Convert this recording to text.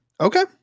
okay